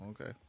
okay